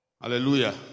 hallelujah